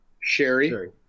Sherry